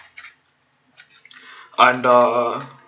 and uh